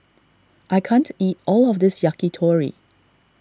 I can't eat all of this Yakitori